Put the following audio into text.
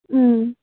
उम्